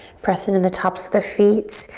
press into the tops of the feet,